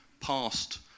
past